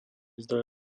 zdroj